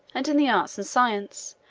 and in the arts and sciences,